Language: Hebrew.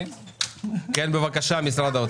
משרד האוצר,